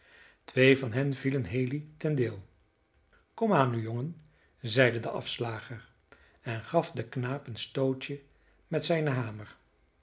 twee van hen vielen haley ten deel kom aan nu jongen zeide de afslager en gaf den knaap een stootje met zijnen hamer